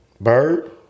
Bird